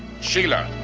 shela!